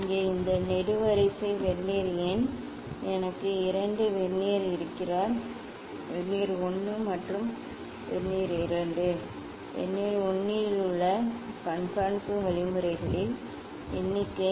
இங்கே இந்த நெடுவரிசை வெர்னியர் எண் எனக்கு இரண்டு வெர்னியர் இருக்கிறார் வெர்னியர் 1 மற்றும் வெர்னியர் 2 வெர்னியர் 1 இல் உள்ள கண்காணிப்பு வழிமுறைகளின் எண்ணிக்கை